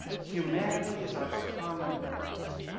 humanity is our common lot.